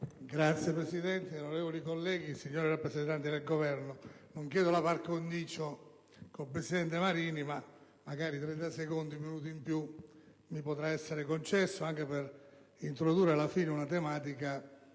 *(PdL)*. Onorevoli colleghi, signori rappresentanti del Governo, non chiedo la par condicio con il presidente Marini, ma magari 30 secondi o un minuto in più mi potrà essere concesso, anche per introdurre una tematica